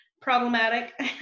problematic